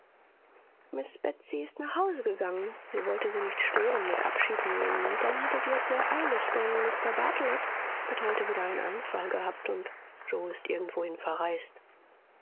miß betsy ist nach hause gegangen sie wollte sie nicht stören mit abschiednehmen und dann hatte sie es sehr eilig denn mr bartelet hat heute wieder einen anfall gehabt und yoe ist irgendwohin verreist